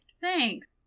Thanks